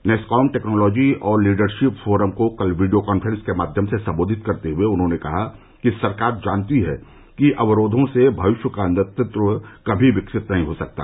NASSCOM technology और leadership forum को कल वीडियो कांफ्रेंस के माध्यम से संबोधित करते हुए उन्होंने कहा कि सरकार जानती है कि अवरोधों से भविष्य का नेतृत्व कभी विकसित नहीं हो सकता